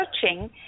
searching